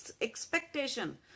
expectation